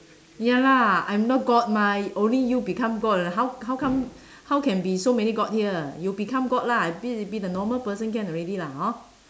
ya lah I'm no god mah only you become god lah how how come how can be so many god here you become god lah I be the normal person can already lah hor